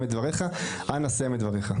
אנא סיים את דבריך.